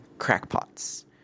crackpots